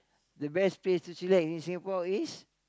the best place to chillax in Singapore is